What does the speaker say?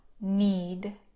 need